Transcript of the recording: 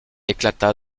éclata